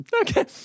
okay